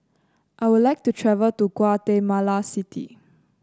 I would like to travel to Guatemala City